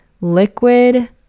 liquid